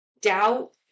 doubt